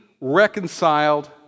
reconciled